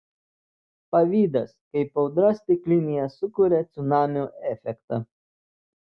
pavydas kaip audra stiklinėje sukuria cunamio efektą